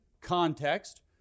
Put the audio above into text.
context